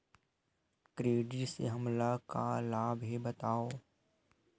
Credit से हमला का लाभ हे बतावव?